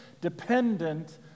dependent